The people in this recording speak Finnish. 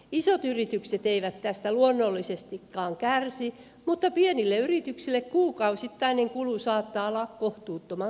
isot yritykset eivät tästä luonnollisestikaan kärsi mutta pienille yrityksille kuukausittainen kulu saattaa olla kohtuuttoman korkea